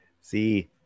See